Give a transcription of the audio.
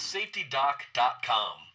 SafetyDoc.com